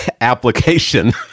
application